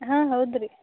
ಹಾಂ ಹೌದ್ರಿ